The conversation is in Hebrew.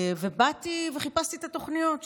ובאתי וחיפשתי את התוכניות.